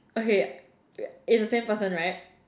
okay uh it's the same person right